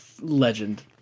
legend